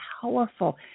powerful